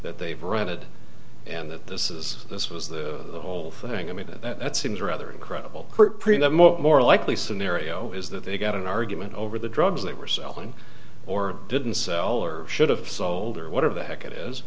that they've rented and that this is this was the whole thing i mean that seems rather incredible more likely scenario is that they got an argument over the drugs they were selling or didn't sell or should have sold or whatever the heck it is